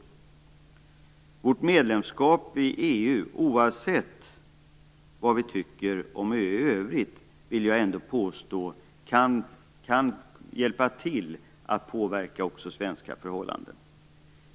Jag vill ändå påstå att vårt medlemskap i EU, oavsett vad vi tycker om EU i övrigt, kan hjälpa till att också påverka svenska förhållanden.